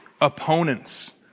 opponents